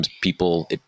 people